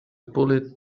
bullet